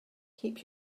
keep